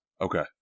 Okay